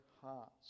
hearts